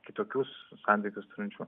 kitokius santykius turinčių